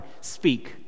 speak